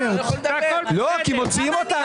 כי מוציאים אותה,